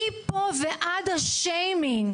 מפה ועד השיימינג,